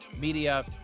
media